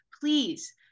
please